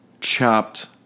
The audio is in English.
chopped